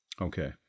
okay